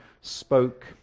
spoke